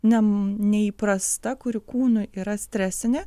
ne neįprasta kuri kūnui yra stresinė